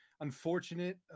unfortunate